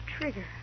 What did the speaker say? trigger